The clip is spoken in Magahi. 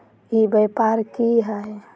ई व्यापार की हाय?